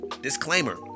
disclaimer